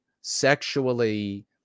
sexually